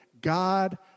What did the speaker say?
God